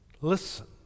listen